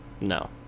No